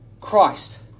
Christ